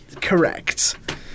Correct